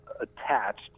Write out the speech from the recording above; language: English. attached